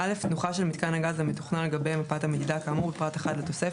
תנוחה של מיתקן הגז המתוכנן על גבי מפת המדידה כאמור בפרט 1 לתוספת,